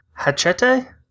Hachete